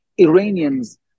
Iranians